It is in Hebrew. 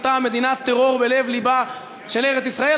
אותה מדינת טרור בלב-לבה של ארץ-ישראל.